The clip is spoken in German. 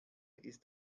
ist